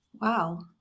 Wow